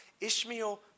Ishmael